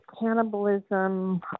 cannibalism